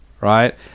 right